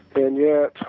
and yet